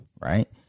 right